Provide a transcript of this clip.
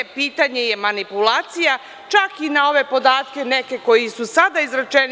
Pitanje je manipulacija, čak i na ove podatke neke koji su sada izrečeni.